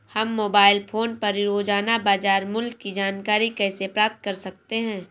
हम mobile phone पर रोजाना बाजार मूल्य की जानकारी कैसे प्राप्त कर सकते हैं?